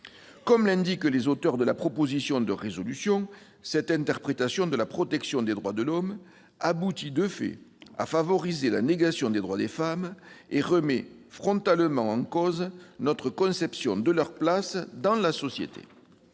Comme l'indiquent les auteurs de la proposition de résolution, « cette interprétation de la protection des droits de l'homme aboutit de fait à favoriser la négation des droits des femmes et remet frontalement en cause notre conception de leur place dans la société